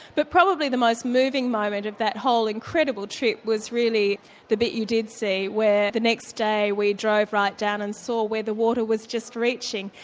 but probably the most moving moment of that whole incredible trip was really the bit you did see where the next day we drove right down and saw where the water was just reaching.